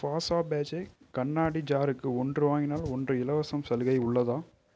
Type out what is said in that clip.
Pasabahce கண்ணாடி ஜாருக்கு ஒன்று வாங்கினால் ஒன்று இலவசம் சலுகை உள்ளதா